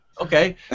Okay